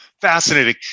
Fascinating